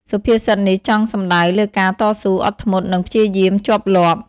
សុភាសិតនេះចង់សំដៅលើការតស៊ូ អត់ធ្មត់ និងព្យាយាមជាប់លាប់។